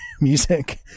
music